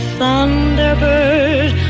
thunderbird